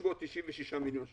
396 מיליון ₪.